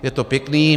Je to pěkné.